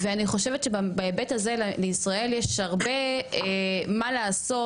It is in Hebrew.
ואני חושבת שבהיבט הזה לישראל יש הרבה מה לעשות